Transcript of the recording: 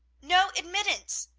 no admittance,